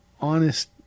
honest